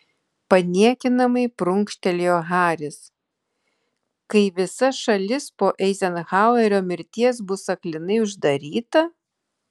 paniekinamai prunkštelėjo haris kai visa šalis po eizenhauerio mirties bus aklinai uždaryta